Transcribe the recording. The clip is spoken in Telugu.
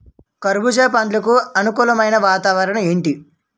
కర్బుజ పండ్లకు అనుకూలమైన వాతావరణం ఏంటి?